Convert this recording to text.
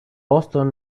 boston